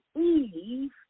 Eve